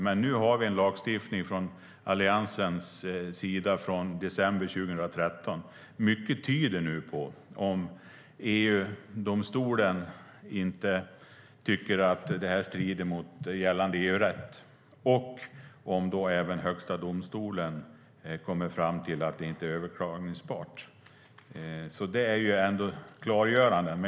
Men nu har vi en lagstiftning från Alliansens sida från december 2013. Om EU-domstolen inte tycker att detta strider mot gällande EU-rätt och om även Högsta domstolen kommer fram till att det inte går att överklaga tyder mycket på att det blir så här. Det är klargörande.